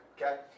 okay